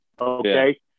okay